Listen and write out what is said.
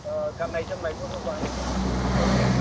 गाननाय जोमनायबो होबाय फरायसालि